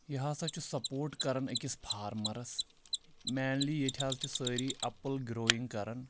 یہِ ہسا چھُ سَپوٹ کَران أکِس فارمَرَس مینلی ییٚتہِ حظ چھِ سٲری اٮ۪پٕل گرٛویِنٛگ کَران